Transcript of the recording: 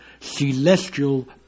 celestial